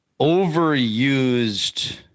overused